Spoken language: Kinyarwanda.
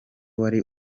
wari